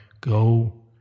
go